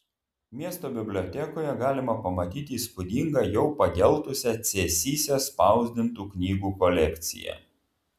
miesto bibliotekoje galima pamatyti įspūdingą jau pageltusią cėsyse spausdintų knygų kolekciją